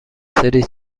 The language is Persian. سری